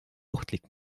ohtlik